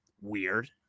weird